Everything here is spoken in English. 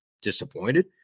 disappointed